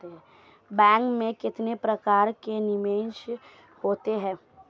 Bank में कितने प्रकार के निवेश होते हैं?